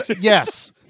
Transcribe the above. Yes